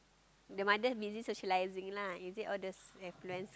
the mother busy socializing lah is it all the have plans